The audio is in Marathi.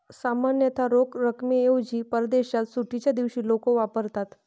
सामान्यतः रोख रकमेऐवजी परदेशात सुट्टीच्या दिवशी लोक वापरतात